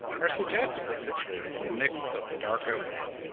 are suggestively situated in the midst of a dark opening,